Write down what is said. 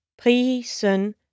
prisen